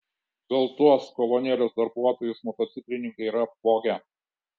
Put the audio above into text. gal tuos kolonėlės darbuotojus motociklininkai yra apvogę